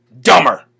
Dumber